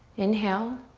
inhale.